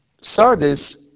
Sardis